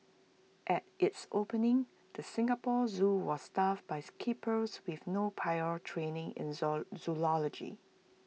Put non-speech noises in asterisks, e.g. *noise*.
at its opening the Singapore Zoo was staffed buys keepers with no prior training in *unintelligible* zoology